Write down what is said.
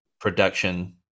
production